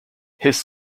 his